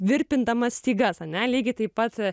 virpindamas stygas ane lygiai taip pat